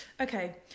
Okay